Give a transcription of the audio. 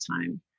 time